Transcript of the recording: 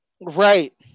Right